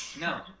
no